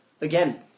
Again